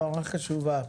הבהרה חשובה.